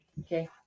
Okay